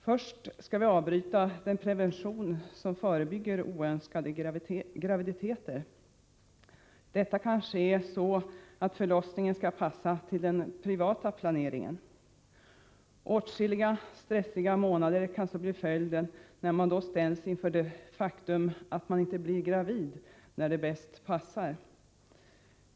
Först skall vi avbryta den prevention som förebygger oönskade graviditeter. Detta kan ske så, att förlossningen skall passa in i den privata planeringen. Åtskilliga stressiga månader kan bli följden när paret ställs inför det faktum att kvinnan inte blir gravid när det bäst passar.